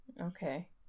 Okay